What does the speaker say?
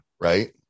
right